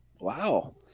Wow